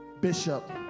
Bishop